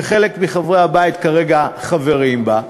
שחלק מחברי הבית כאן כרגע חברים בה,